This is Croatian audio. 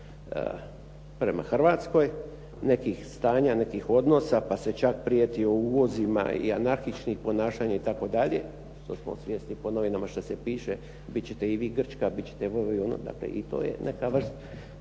prema Hrvatskoj, nekih stanja, nekih odnosa pa se čak prijetio uvozima i anarhičnim ponašanjem itd. … /Govornik se ne razumije./ … po novinama što se piše, bit ćete i vi Grčka, bit ćete ovo i ono, dakle i to je neka vrsta